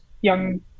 young